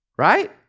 Right